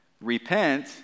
Repent